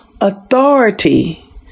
authority